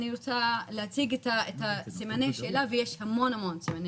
אני רוצה להציג את סימני השאלה ויש המון המון סימני